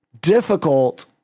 difficult